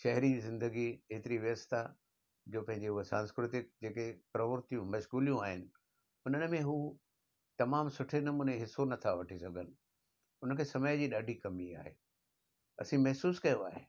शहरी ज़िंदगी एतिरी व्यस्तु आहे जो पंहिंजे उहा सांस्कृतिक जेके प्रवर्तियूं मश्ग़ूलियूं आहिनि हुननि में हू तमामु सुठे नमूने हिसो नथा वठी सघनि हुन खे समय जी ॾाढी कमी आहे असीं महसूसु कयो आहे